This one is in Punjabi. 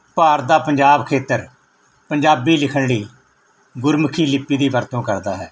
ਭਾਰਤ ਦਾ ਪੰਜਾਬ ਖੇਤਰ ਪੰਜਾਬੀ ਲਿਖਣ ਲਈ ਗੁਰਮੁਖੀ ਲਿਪੀ ਦੀ ਵਰਤੋਂ ਕਰਦਾ ਹੈ